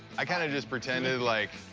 i kind of just pretended, like,